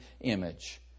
image